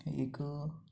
एक